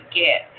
get